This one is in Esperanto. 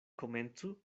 komencu